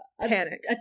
panic